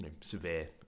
severe